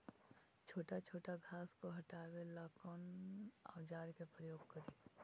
छोटा छोटा घास को हटाबे ला कौन औजार के प्रयोग करि?